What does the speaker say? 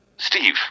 Steve